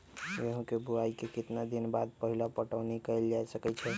गेंहू के बोआई के केतना दिन बाद पहिला पटौनी कैल जा सकैछि?